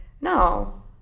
no